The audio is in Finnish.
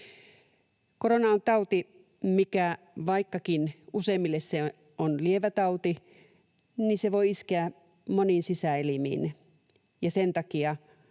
Korona on tauti — vaikkakin useimmille se on lievä tauti — joka voi iskeä moniin sisäelimiin, ja sen takia,